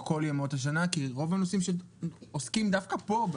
כל ימות השנה כי הנושאים שעוסקים בהם דווקא פה,